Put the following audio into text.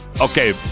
okay